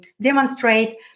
demonstrate